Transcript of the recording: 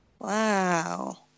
Wow